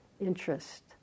interest